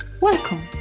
Welcome